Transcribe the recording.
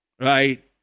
right